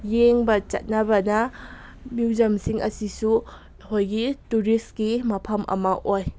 ꯌꯦꯡꯕ ꯆꯠꯅꯕꯅ ꯃ꯭ꯌꯨꯖꯝꯁꯤꯡ ꯑꯁꯤꯁꯨ ꯑꯩꯈꯣꯏꯒꯤ ꯇꯨꯔꯤꯁꯀꯤ ꯃꯐꯝ ꯑꯃ ꯑꯣꯏ